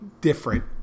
different